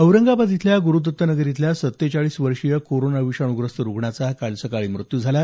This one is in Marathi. औरंगाबाद इथल्या गुरूदत्तनगर इथल्या सत्तेचाळीस वर्षीय कोरोना विषाणूग्रस्त रुग्णाचा काल सकाळी मृत्यू झाला